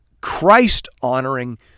Christ-honoring